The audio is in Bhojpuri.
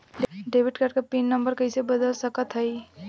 डेबिट कार्ड क पिन नम्बर कइसे बदल सकत हई?